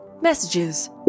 Messages